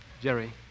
Jerry